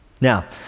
Now